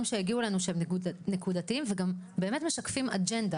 שהם הגיעו אלינו שהם נקודתיים וגם באמת משקפים אג'נדה,